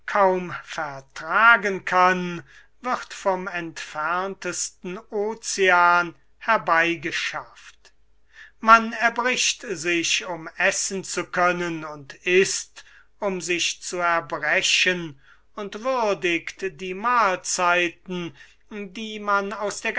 kaum vertragen kann wird vom entferntesten ocean herbeigeschafft man erbricht sich um essen zu können und ißt um sich zu erbrechen und würdigt die mahlzeiten die man aus der